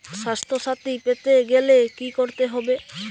স্বাস্থসাথী পেতে গেলে কি করতে হবে?